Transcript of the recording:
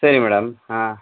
சரி மேடம் ஆ